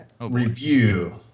review